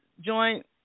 Joint